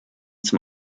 zum